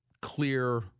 clear